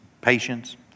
patience